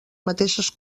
mateixes